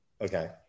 Okay